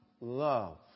love